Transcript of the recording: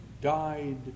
died